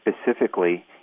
specifically